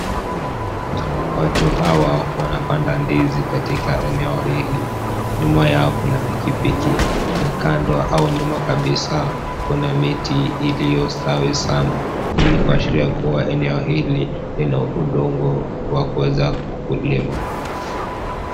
Watu hawa wanapanda ndizi katika eneo hili. Nyuma yao kuna pikipiki, na kando au nyuma kabisa, kuna miti iliyosawi sana. Hii ni kuashiria kuwa eneo hili lina udongo la kuweza kulima.